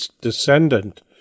descendant